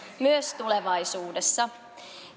myös tulevaisuudessa